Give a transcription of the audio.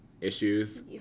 issues